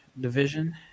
division